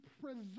preserve